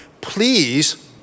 please